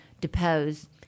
depose